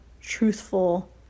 truthful